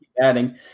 adding